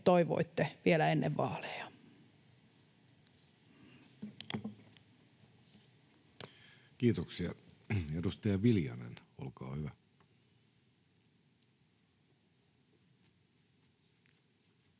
toivoitte vielä ennen vaaleja. Kiitoksia. — Edustaja Viljanen, olkaa hyvä.